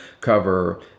cover